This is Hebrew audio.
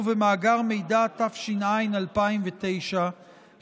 אני עומד בפניכם בתפקידי כיושב-ראש ועדת